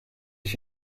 ich